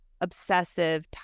obsessive